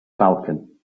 falcon